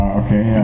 okay